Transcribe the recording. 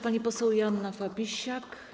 Pani poseł Joanna Fabisiak.